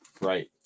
right